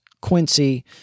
Quincy